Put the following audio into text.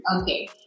Okay